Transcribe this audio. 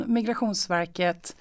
Migrationsverket